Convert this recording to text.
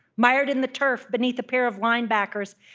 mired in the turf beneath a pair of linebackers.